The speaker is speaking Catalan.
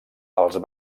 els